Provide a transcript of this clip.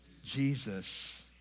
Jesus